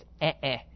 eh-eh